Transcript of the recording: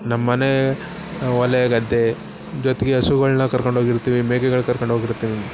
ನಮ್ಮ ಮನೆ ಹೊಲ ಗದ್ದೆ ಜೊತೆಗೆ ಹಸುಗಳ್ನ ಕರ್ಕೊಂಡೊಗಿರ್ತೀವಿ ಮೇಕೆಗಳ್ನ ಕರ್ಕೊಂಡೊಗಿರ್ತೀವಿ